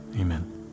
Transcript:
Amen